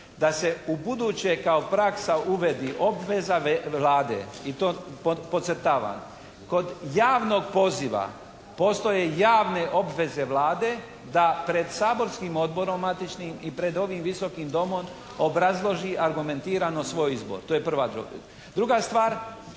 da se ubuduće kao praksa uvede obveza Vlade i to podcrtavam kod javnog poziva postoje javne obveze Vlade da pred saborskim odborom matičnim i pred ovim Visokim domom obrazloži argumentirano svoj izbor. To je prva stvar. Druga stvar